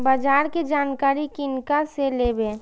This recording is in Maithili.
बाजार कै जानकारी किनका से लेवे?